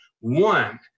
one